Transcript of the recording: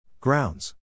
Grounds